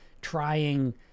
trying